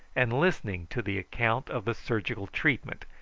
and listening to the account of the surgical treatment,